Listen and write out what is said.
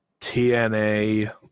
TNA